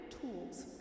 tools